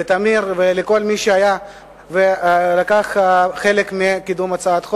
לטמיר ולכל מי שלקח חלק בקידום הצעת החוק.